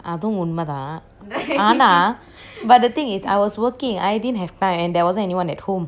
அதும் உண்மைதான் ஆனா:athum unmaitaan aana but the thing is I was working I didn't have time and there wasn't anyone at home